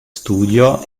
studio